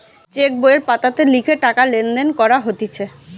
check বইয়ের পাতাতে লিখে টাকা লেনদেন করা হতিছে